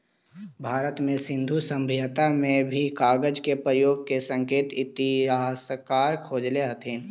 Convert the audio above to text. भारत में सिन्धु सभ्यता में भी कागज के प्रयोग के संकेत इतिहासकार खोजले हथिन